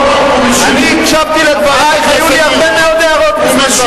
לא, מודה ועוזב ירוחם.